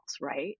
right